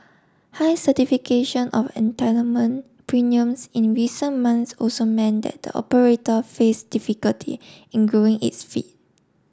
high certification of entitlement premiums in recent month also meant that the operator face difficulty in growing its feet